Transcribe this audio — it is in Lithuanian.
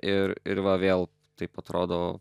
ir ir va vėl taip atrodo